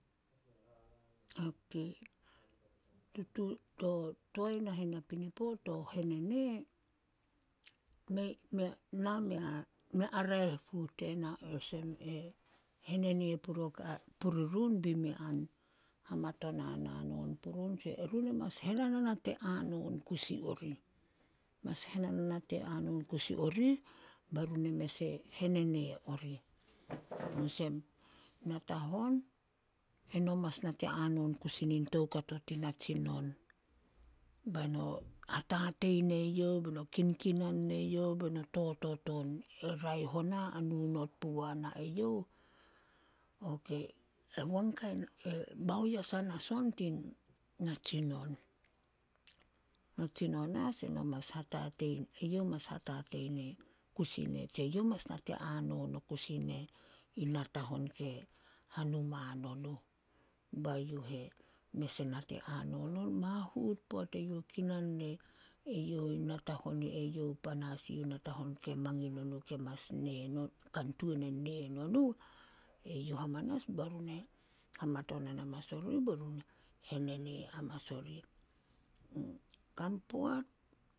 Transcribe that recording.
Tutuut to toae nahen na pinapo to henene, mei a raeh puh tena olsem e henene puri puri run. Be mei a hamatonan hahon purun tse erun e mas henanate hanon kusi orih. Mas henenanate hanon kusi orih, bai run e mes e henenee orih. Olsem, natahon, eno mas nate hanon kusi nin toukato tin natsinon, bai no hatatei neyouh be no kinkinan neyouh, be no totot on. E raeh ona a nu not puguana eyouh. E e baoyesan as on tin natsinon. Natsinon as eyouh mas hatatei tse youh mas nate hanon o kusi ne natahon ke hanuma nonuh. bai youh e mes e nate hanon on. Mahut poat eyouh e kinan ne eyouh i natahon i eh eyouh panas in natahon kan tuan e ne nonuh, eyouh hamanas be run e hamatonan amanas orih, be run henene amanas orih. Kan poat